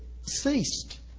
ceased